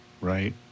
Right